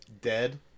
dead